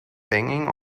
banging